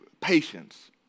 patience